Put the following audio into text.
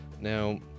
Now